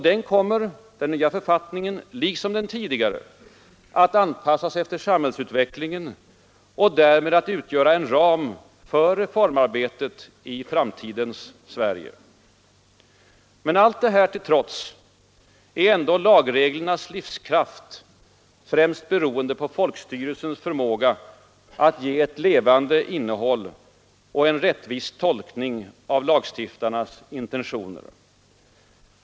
Den nya författningen, liksom den tidigare, kommer att anpassas efter samhällsutvecklingen och därmed att utgöra en ram för reformarbetet i framtidens Sverige. Men allt detta till trots är ändå lagreglernas livskraft främst beroende på folkstyrelsens förmåga att ge ett levande innehåll åt och en rättvis tolkning av lagstiftarnas intentioner.